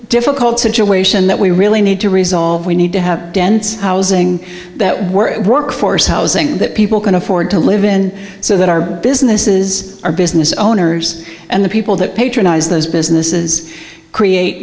difficult situation that we really need to resolve we need to have dense housing that we're workforce housing that people can afford to live in so that our business is our business owners and the people that patronize those businesses create